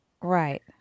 Right